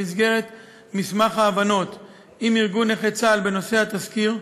במסגרת מסמך ההבנות עם ארגון נכי צה"ל בנושא התזכיר,